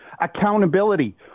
Accountability